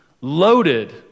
Loaded